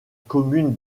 commune